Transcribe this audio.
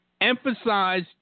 Emphasize